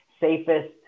safest